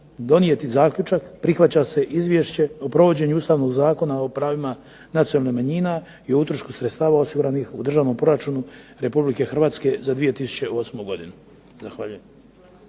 donijeti zaključak: "Prihvaća se Izvješće o provođenju Ustavnog zakona o pravima nacionalnih manjina i utrošku sredstava osiguranih u Državnom proračunu Republike Hrvatske za 2008. godinu.".